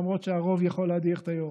למרות שהרוב יכול להדיח את היו"ר.